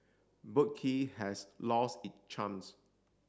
Boat Quay has lost it charms